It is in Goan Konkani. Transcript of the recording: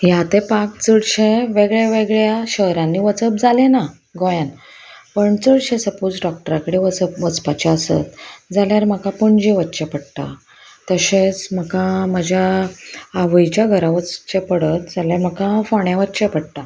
ह्या तेंपाक चडशे वेगळ्या वेगळ्या शहरांनी वचप जालें ना गोंयान पण चडशे सपोज डॉक्टरा कडेन वचप वचपाचे आसत जाल्यार म्हाका पणजे वचचें पडटा तशेंच म्हाका म्हज्या आवयच्या घरा वचचें पडत जाल्यार म्हाका फोण्यां वचचें पडटा